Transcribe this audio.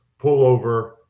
pullover